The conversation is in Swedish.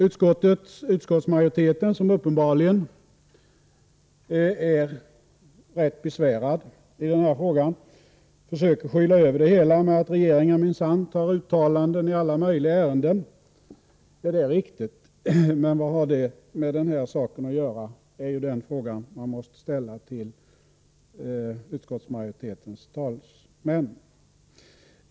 Utskottsmajoriteten, som uppenbarligen är rätt besvärad i denna fråga, försöker skyla över det hela med att regeringen minsann tar uttalanden i alla möjliga ärenden. Det är riktigt. Men vad har det med den här saken att göra? Det är den fråga man måste ställa till utskottsmajoritetens talesmän.